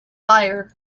fire